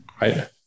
right